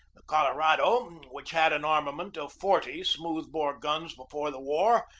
the colorado, which had an armament of forty smooth-bore guns before the war,